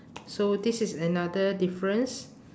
so this is another difference